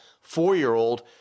four-year-old